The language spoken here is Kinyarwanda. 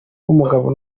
nk’umugabo